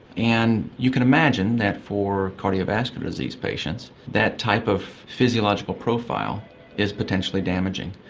and you can imagine that for cardiovascular disease patients, that type of physiological profile is potentially damaging.